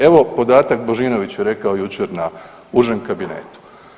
Evo podatak, Božinović je rekao jučer na užem kabinetu.